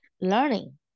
learning